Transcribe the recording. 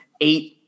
eight